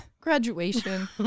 graduation